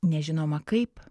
nežinoma kaip